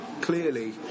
clearly